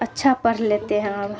اچھا پڑھ لیتے ہیں اب